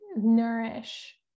nourish